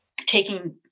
taking